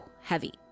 heavy